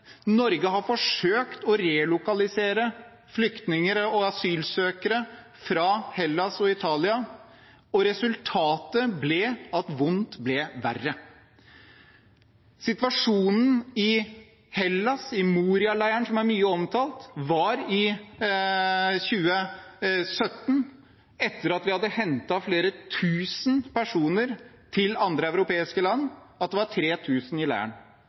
Norge har forsøkt å relokalisere flyktninger og asylsøkere fra Hellas og Italia. Resultatet ble at vondt ble verre. Situasjonen i Hellas, i Moria-leiren, som er mye omtalt, var i 2017, etter at vi hadde hentet flere tusen personer til andre europeiske land, at det var 3 000 i